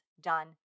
done